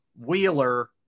Wheeler